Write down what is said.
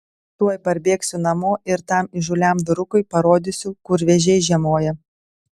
tuoj parbėgsiu namo ir tam įžūliam vyrukui parodysiu kur vėžiai žiemoja